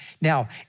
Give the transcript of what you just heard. Now